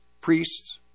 Priests